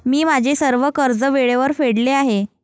मी माझे सर्व कर्ज वेळेवर फेडले आहे